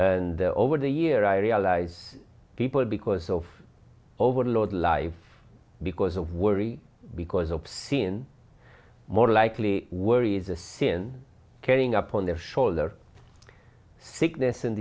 and over the year i realize people because of overload life because of worry because of sin more likely worries a sin carrying upon their shoulder sickness and